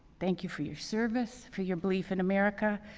thank you for your service, for your belief in america,